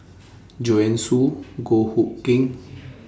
Joanne Soo Goh Hood Keng